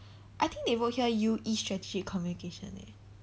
I think they wrote here U_E strategic communication eh